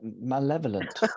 malevolent